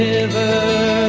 River